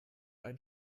ein